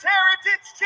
Heritage